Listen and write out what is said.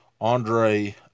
Andre